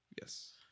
Yes